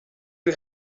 you